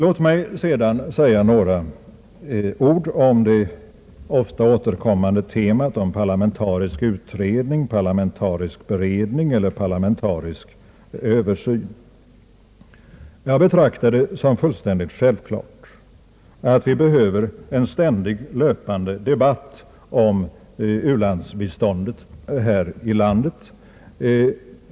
Låt mig sedan säga några ord om det ofta återkommande temat parlamentarisk utredning, parlamentarisk beredning eller parlamentarisk översyn. Jag betraktar det som fullständigt självklart att vi behöver en ständig löpande debatt här i landet om u-landsbiståndet.